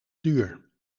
duur